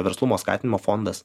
verslumo skatinimo fondas